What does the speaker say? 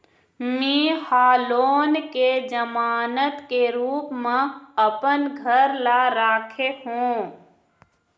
में ह लोन के जमानत के रूप म अपन घर ला राखे हों